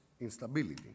instability